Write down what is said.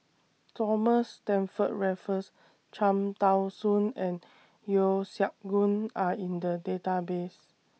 Thomas Stamford Raffles Cham Tao Soon and Yeo Siak Goon Are in The Database